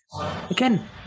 Again